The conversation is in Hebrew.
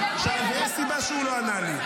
--- יש סיבה שהוא לא ענה לי.